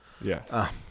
Yes